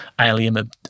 alien